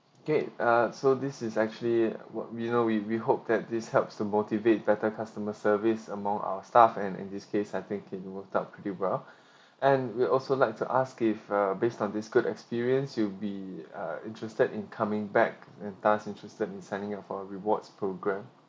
okay uh so this is actually what we know we we hope that this helps to motivate better customer service among our staff and in this case I think it worked out pretty well and we'll also like to ask if uh based on this good experience you'll be uh interested in coming back and thus interested in signing up for a rewards program